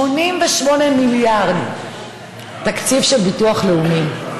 88 מיליארד התקציב של ביטוח לאומי.